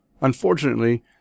Unfortunately